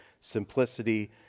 simplicity